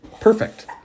perfect